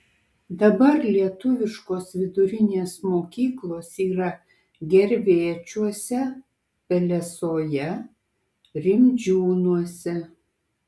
dabar lietuviškos vidurinės mokyklos yra gervėčiuose pelesoje rimdžiūnuose